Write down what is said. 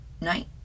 night